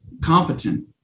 competent